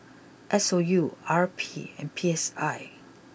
S O U R P and P S I